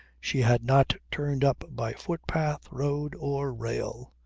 she had not turned up by footpath, road or rail.